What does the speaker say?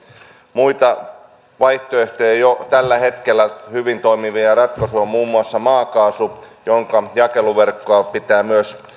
muita vaihtoehtoja jo tällä hetkellä hyvin toimivia ratkaisuja on muun muassa maakaasu jonka jakeluverkkoa pitää myös